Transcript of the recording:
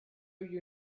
you